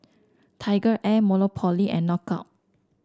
TigerAir Monopoly and Knockout